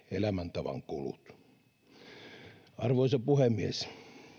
elämäntavan kulut arvoisa puhemies